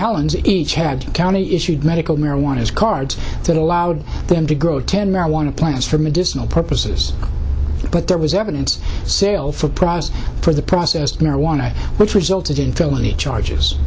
len's each had county issued medical marijuana as cards that allowed them to grow ten marijuana plants for medicinal purposes but there was evidence sale for prize for the process marijuana which resulted in felony charges